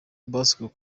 bas